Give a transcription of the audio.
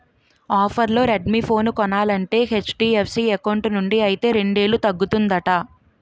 ఆఫర్లో Redmi phone కొనాలంటే HDFC account నుండి అయితే రెండేలు తగ్గుతుందట